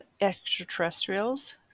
Extraterrestrials